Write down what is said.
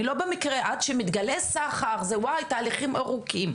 אני לא במקרה עד שמתגלה סחר זה עובר תהליכים ארוכים,